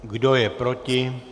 Kdo je proti?